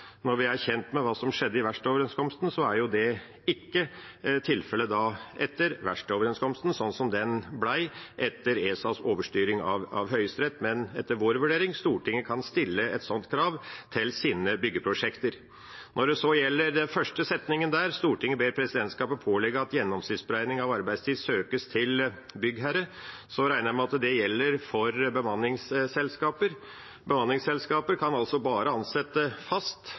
Når vi er kjent med det som skjedde i verkstedoverenskomsten, er ikke det tilfellet etter verkstedoverenskomsten sånn den ble etter ESAs overstyring av Høyesterett, men etter vår vurdering kan Stortinget stille et sånt krav til sine byggeprosjekter. Når det gjelder den første setningen – «Stortinget ber presidentskapet pålegge at gjennomsnittsberegning av arbeidstid søkes til byggherre.» – regner jeg med at det gjelder for bemanningsselskaper. Bemanningsselskaper kan altså bare ansette fast,